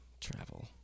travel